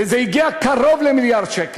וזה הגיע קרוב למיליארד שקל.